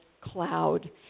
cloud